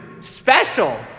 special